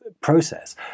process